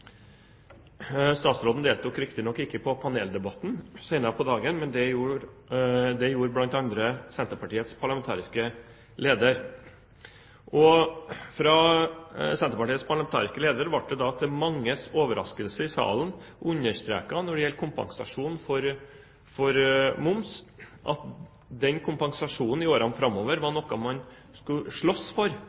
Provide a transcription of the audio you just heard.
Statsråden deltok riktignok ikke i paneldebatten senere på dagen, men det gjorde bl.a. Senterpartiets parlamentariske leder. Fra Senterpartiets parlamentariske leder ble det da i salen – til manges overraskelse – understreket at momskompensasjonen i årene framover var noe man skulle slåss for